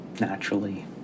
naturally